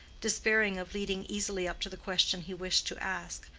despairing of leading easily up to the question he wished to ask,